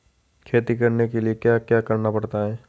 खेती करने के लिए क्या क्या करना पड़ता है?